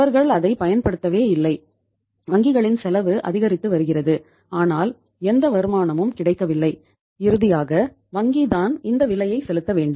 அவர்கள் அதைப் பயன்படுத்தவே இல்லை வங்கிகளின் செலவு அதிகரித்து வருகிறது ஆனால் எந்த வருமானமும் கிடைக்கவில்லை இறுதியாக வங்கி தான் இந்த விலையை செலுத்த வேண்டும்